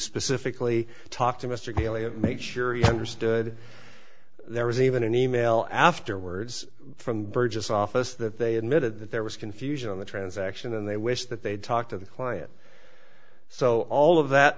specifically talk to mr daly and make sure he understood there was even an e mail afterwards from burgess office that they admitted that there was confusion on the transaction and they wished that they'd talk to the client so all of that